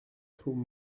through